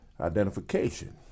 identification